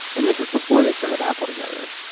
and this is before they started apple together?